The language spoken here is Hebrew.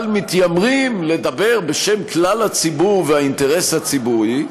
אבל מתיימרים לדבר בשם כלל הציבור והאינטרס הציבורי,